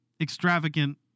extravagant